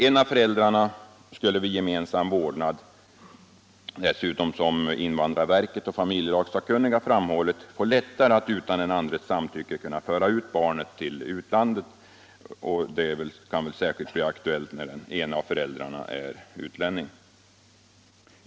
En av föräldrarna skulle dessutom vid gemensam vårdnad — såsom invandrarverket och familjelagssakkunniga framhållit — få lättare att utan den andres samtycke kunna föra ut barnet till utlandet, och det kan väl särskilt bli aktuellt när den ene av föräldrarna är utlänning.